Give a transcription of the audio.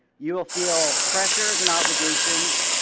you'll feel pressures and obligations,